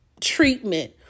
treatment